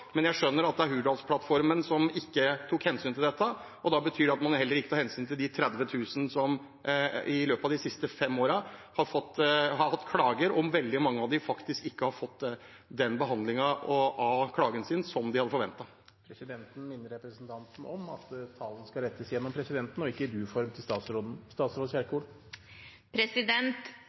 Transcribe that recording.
men jeg skjønner at man i Hurdalsplattformen ikke tok hensyn til dette. Da betyr det at man heller ikke tar hensyn til de 30 000 som i løpet av de siste fem årene har klagd, og veldig mange av dem har faktisk ikke fått behandlet klagen som forventet. Presidenten minner representanten om at talen skal rettes gjennom presidenten og ikke i du-form til statsråden.